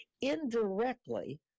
Indirectly